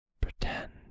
pretend